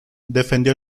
defendió